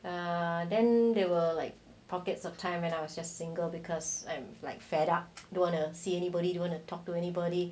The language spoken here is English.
err and then they were like pockets of time when I was your single because I'm like fed up don't wanna see anybody you wanna talk to anybody